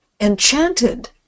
enchanted